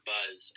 Buzz